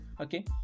Okay